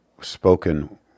spoken